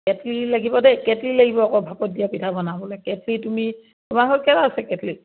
কেটলি লাগিব দেই কেটলি লাগিব আকৌ ভাপত দিয়া পিঠা বনাবলৈ কেটলি তুমি তোমালোকৰ কেইটা আছে কেটলি